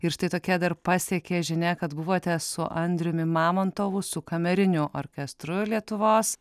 ir štai tokia dar pasiekė žinia kad buvote su andriumi mamontovu su kameriniu orkestru lietuvos